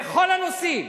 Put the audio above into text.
בכל הנושאים.